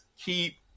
keep